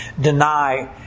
deny